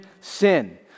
sin